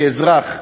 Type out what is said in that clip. כאזרח,